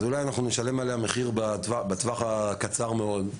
אז אולי אנחנו נשלם עליה מחיר בטווח הקצר מאוד,